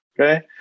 Okay